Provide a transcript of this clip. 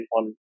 on